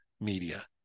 media